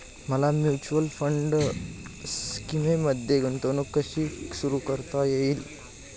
मला mutual fund स्कीममध्ये गुंतवणूक कशी सुरू करता येईल?